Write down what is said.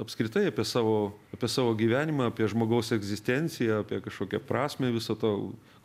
apskritai apie savo apie savo gyvenimą apie žmogaus egzistenciją apie kažkokią prasmę viso to